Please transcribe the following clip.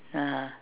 (uh huh)